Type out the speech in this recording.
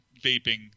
vaping